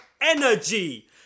energy